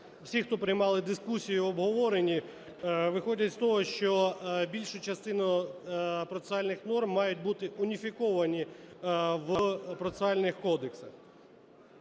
всі, хто приймали в дискусії і обговоренні, виходять з того, що більша частина процесуальних норм має бути уніфіковані в процесуальних кодексах.